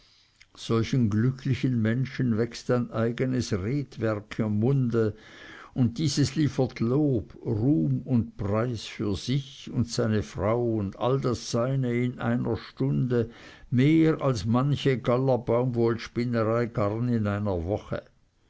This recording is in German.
solchen glücklichen menschen wächst ein eigenes redwerk im munde und dieses liefert lob ruhm und preis für sich und seine frau und all das seine in einer stunde mehr als manche st galler baumwollenspinnerei garn in einer woche